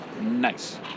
Nice